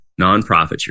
nonprofits